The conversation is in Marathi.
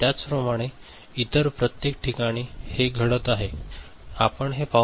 त्याचप्रमाणे इतर प्रत्येक ठिकाणी हे घडत आहे आपण हे पाहू शकता